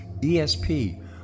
ESP